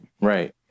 Right